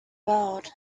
world